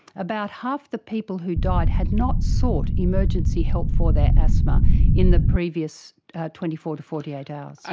about half the people who died had not sought emergency help for their asthma in the previous twenty four to forty eight hours. ah